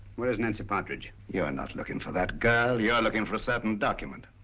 where is nancy pattridge? you're and not looking for that girl you're looking for a certain document.